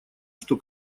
что